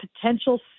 potential